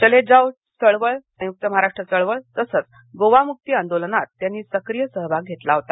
चले जाव चळवळ संयुक्त महाराष्ट्र चळवळ तसंच गोवा मुक्ती आंदोलनात त्यांनी सक्रिय सहभाग घेतला होता